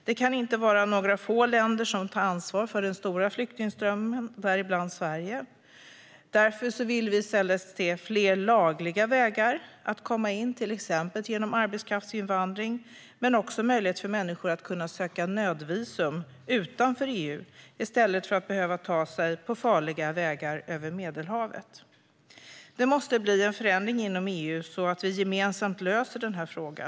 Det kan inte vara några få länder, däribland Sverige, som tar ansvar för den stora flyktingströmmen. Vi vill i stället se fler lagliga vägar att komma in, till exempel genom arbetskraftsinvandring, men också möjlighet för människor att söka nödvisum utanför EU i stället för att behöva ta sig hit på farliga vägar över Medelhavet. Det måste bli en förändring inom EU så att vi gemensamt löser frågan.